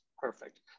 perfect